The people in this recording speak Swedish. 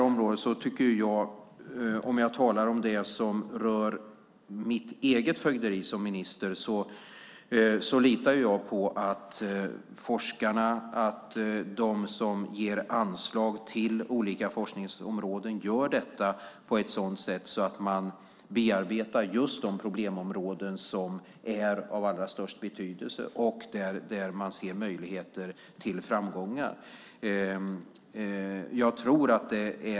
Om jag talar om det som rör mitt eget fögderi som minister litar jag på att de som ger anslag till olika forskningsområden gör detta på ett sådant sätt att just de problemområden som är av störst betydelse och där det finns möjlighet till framgång bearbetas.